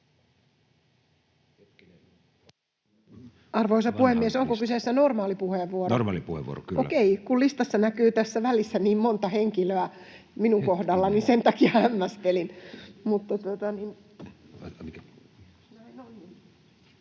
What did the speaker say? Arvoisa puhemies, onko kyseessä normaali puheenvuoro?] — Normaali puheenvuoro, kyllä. [Tarja Filatov: Okei, kun listassa näkyy tässä välissä niin monta henkilöä minun kohdallani, niin sen takia hämmästelin.]